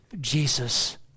Jesus